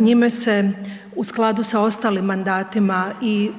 Njime se u skladu sa ostalim mandatima i